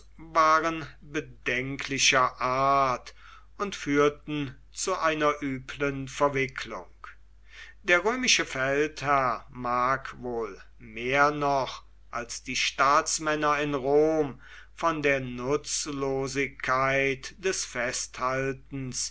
waren bedenklicher art und führten zu einer üblen verwicklung der römische feldherr mag wohl mehr noch als die staatsmänner in rom von der nutzlosigkeit des festhaltens